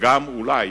וגם אולי